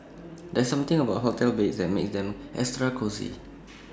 there's something about hotel beds that makes them extra cosy